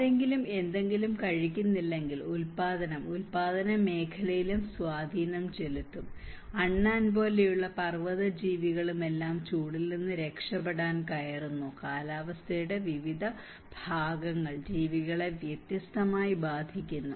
ആരെങ്കിലും എന്തെങ്കിലും കഴിക്കുന്നില്ലെങ്കിൽ ഉൽപ്പാദനം ഉൽപ്പാദന മേഖലയിലും സ്വാധീനം ചെലുത്തും അണ്ണാൻ പോലുള്ള പർവത ജീവികളും എല്ലാം ചൂടിൽ നിന്ന് രക്ഷപ്പെടാൻ കയറുന്നു കാലാവസ്ഥയുടെ വിവിധ ഭാഗങ്ങൾ ജീവികളെ വ്യത്യസ്തമായി ബാധിക്കുന്നു